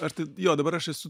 arti jo dabar aš esu